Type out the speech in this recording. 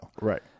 Right